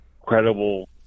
credible